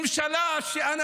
ממשלה שבה,